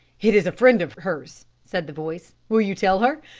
it is a friend of hers, said the voice. will you tell her?